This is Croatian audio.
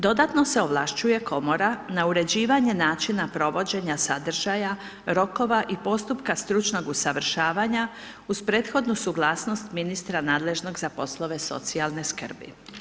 Dodatno se ovlašćuje komora na uređivanje načina provođenje sadržaja, rokova i postupka stručnog usavršavanja uz prethodnu suglasnost ministra nadležnog za poslove socijalne skrbi.